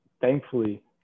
thankfully